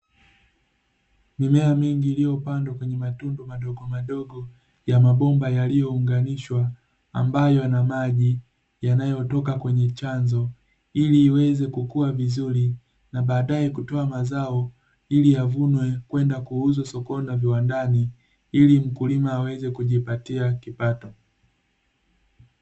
mimea mingi iliyopandwa kwenye matundu madogomadogo ya mabomba yaliyounganishwa, ambayo yana maji yanayotoka kwenye chanzo, ili iweze kukua vizuri na badae kutoa mazao, ili yavunwe kwenda kuuzwa sokoni na viwandani, ili mkulima aweze kujipatia kipato.